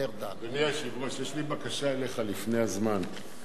אדוני היושב-ראש, יש לי בקשה אליך, לפני הזמן.